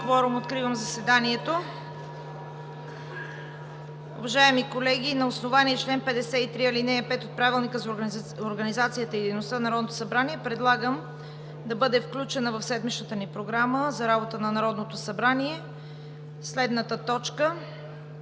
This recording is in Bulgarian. Има кворум. Откривам заседанието. Уважаеми колеги, на основание чл. 53, ал. 5 от Правилника за организацията и дейността на Народното събрание предлагам да бъде включена в седмичната ни програма за работа на Народното събрание следната точка: